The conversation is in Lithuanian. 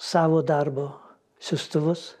savo darbo siųstuvus